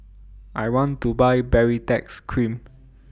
I want to Buy Baritex Cream